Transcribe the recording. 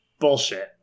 bullshit